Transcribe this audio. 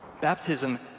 Baptism